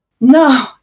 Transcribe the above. no